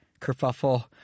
kerfuffle